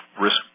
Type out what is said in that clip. risk